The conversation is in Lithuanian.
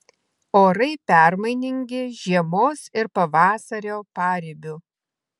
orai permainingi žiemos ir pavasario paribiu